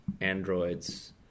androids